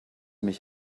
mich